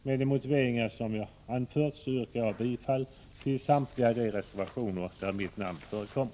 Med de motiveringar jag anfört så yrkar jag bifall till samtliga de reservationer där mitt namn förekommer.